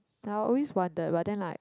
then I always wonder but then like